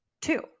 Two